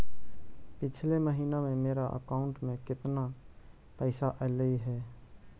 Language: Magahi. पिछले महिना में मेरा अकाउंट में केतना पैसा अइलेय हे?